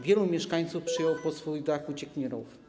Wielu mieszkańców przyjęło pod swój dach uciekinierów.